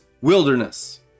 wilderness